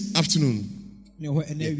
afternoon